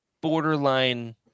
borderline